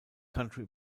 country